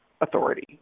authority